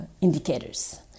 indicators